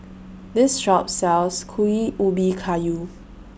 This Shop sells Kuih Ubi Kayu